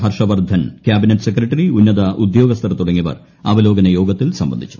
Harsh Vardhan cabinet ഒസ്ക്ട്ട്റി ഉന്നത ഉദ്യോഗസ്ഥർ തുടങ്ങിയവർ അവലോകന യോഗൃത്തിൽ സംബന്ധിച്ചു